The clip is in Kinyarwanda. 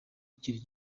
kugororwa